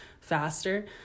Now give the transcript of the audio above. faster